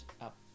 up